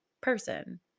person